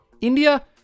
India